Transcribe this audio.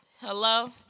Hello